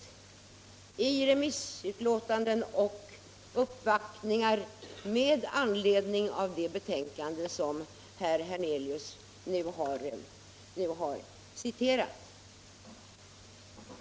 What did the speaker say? nämligen i remissutlåtanden och vid uppvaktningar med anledning av det betänkande som herr Hernelius nu har citerat.